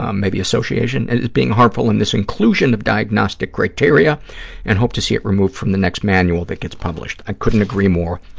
um maybe association, is being harmful in this inclusion of diagnostic criteria and hope to see it removed from the next manual that gets published. i couldn't agree more.